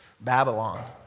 Babylon